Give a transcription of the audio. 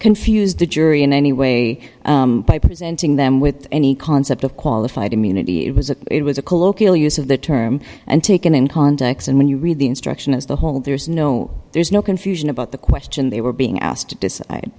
confused the jury in any way by presenting them with any concept of qualified immunity it was a it was a colloquial use of the term and taken in context and when you read the instruction as the whole there's no there's no confusion about the question they were being asked to decide